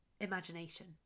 imagination